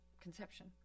conception